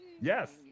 Yes